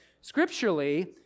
scripturally